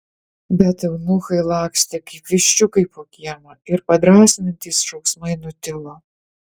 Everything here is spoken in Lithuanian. bet eunuchai lakstė kaip viščiukai po kiemą ir padrąsinantys šauksmai nutilo